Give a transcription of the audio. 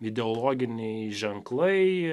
ideologiniai ženklai